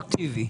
רטרואקטיבי.